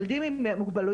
ילדים עם מוגבלויות,